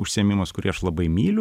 užsiėmimas kurį aš labai myliu